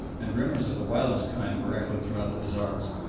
and rumours of the wildest kind were echoed through the bazaars.